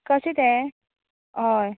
कशें ते हय